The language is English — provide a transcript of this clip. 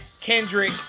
Kendrick